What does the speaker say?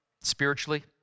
spiritually